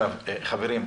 חברים,